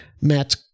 Matt